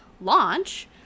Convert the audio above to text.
launch